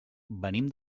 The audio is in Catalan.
venim